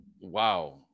Wow